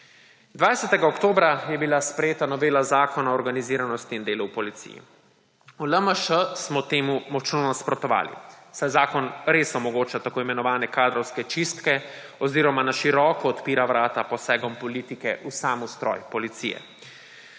20. oktobra je bila sprejeta novela Zakona o organiziranosti in delu v policiji. V LMŠ smo temu močno nasprotovali, saj zakon res omogoča tako imenovane kadrovske čistke oziroma na široko odpira vrata posegom politike v sam ustroj policije.